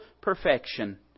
perfection